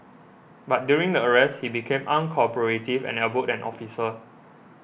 but during the arrest he became uncooperative and elbowed an officer